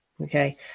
Okay